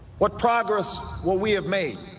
what progress what we have made